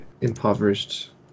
impoverished